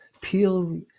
peel